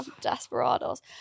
desperados